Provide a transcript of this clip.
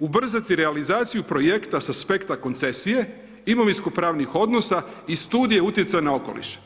ubrzati realizaciju projekta sa aspekta koncesije, imovinskopravnih odnosa i Studije utjecaja na okoliš.